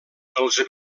els